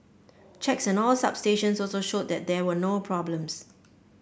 checks on all substations also showed that there were no problems